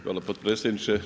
Hvala potpredsjedniče.